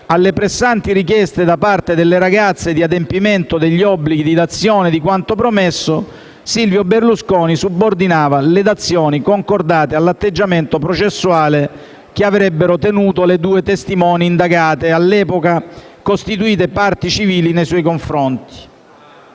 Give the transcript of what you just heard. alle pressanti richieste da parte delle ragazze di adempimento degli obblighi di dazione di quanto promesso, Silvio Berlusconi subordinava le dazioni concordate all'atteggiamento processuale che avrebbero tenuto le due testimoni indagate, all'epoca costituite parti civili nei suoi confronti.